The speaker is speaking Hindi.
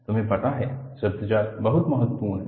तुम्हें पता है शब्दजाल बहुत महत्वपूर्ण हैं